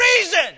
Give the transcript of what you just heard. reason